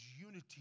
unity